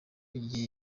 igihe